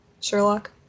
Sherlock